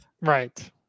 Right